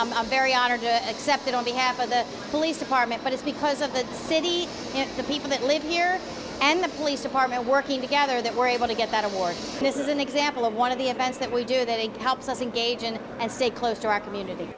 i'm i'm very honored to accept it on behalf of the police department but it's because of the city and the people that live here and the police department working together that were able to get that award this is an example of one of the events that we do that it helps us engage in and stay close to our communit